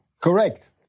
Correct